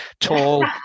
tall